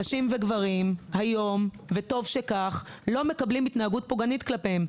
נשים וגברים היום לא מקבלים התנהגות פוגענית כלפיהם,